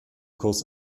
kurs